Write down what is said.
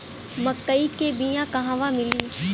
मक्कई के बिया क़हवा मिली?